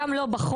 גם לא בחוק,